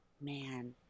man